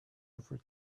ever